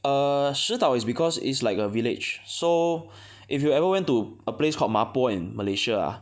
err 石岛 is because is like a village so if you ever went to a place called Mapo in malaysia ah